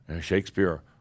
Shakespeare